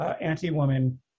anti-woman